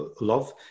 Love